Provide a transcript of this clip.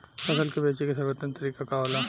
फसल के बेचे के सर्वोत्तम तरीका का होला?